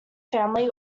family